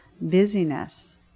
busyness